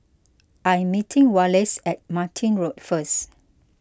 I am meeting Wallace at Martin Road first